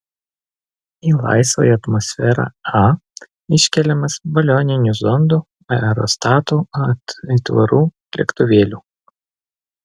į laisvąją atmosferą a iškeliamas balioninių zondų aerostatų aitvarų lėktuvėlių